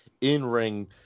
in-ring